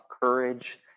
courage